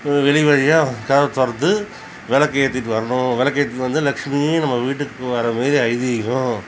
வெளிவழியாக கதவை திறந்து விளக்கேத்திட்டு வரணும் விளக்கேத்திட்டு வந்தா லெட்சுமியே நம்ம வீட்டுக்கு வரமாரி ஐதீகம்